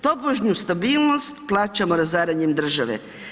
Tobožnju stabilnost plaćamo razaranjem države.